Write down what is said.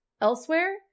elsewhere